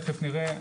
תכף נראה,